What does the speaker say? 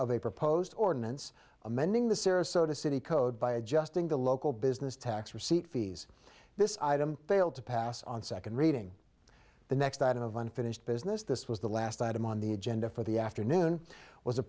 of a proposed ordinance amending the sarasota city code by adjusting the local business tax receipt fees this item failed to pass on second reading the next item of unfinished business this was the last item on the agenda for the afternoon was a